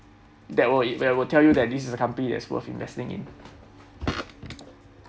that will that will tell you that this is a company that's worth investing in